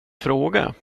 fråga